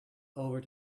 over